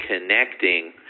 connecting